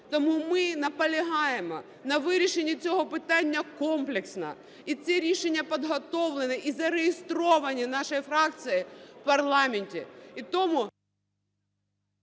Тому ми наполягаємо на вирішенні цього питання комплексно. І це рішення підготовлено і зареєстровано нашою фракцією в парламенті.